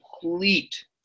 complete